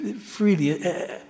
freely